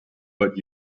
but